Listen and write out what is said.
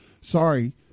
Sorry